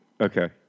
Okay